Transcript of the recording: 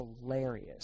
hilarious